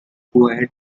quaint